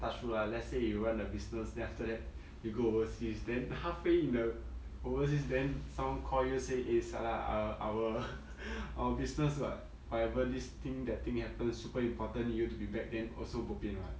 touch wood ah let's say you run the business then after that you go overseas then halfway in the overseas then someone call you say eh sia lah uh our our business what whatever this thing that thing happens super important need you to be back then also bo pian [what]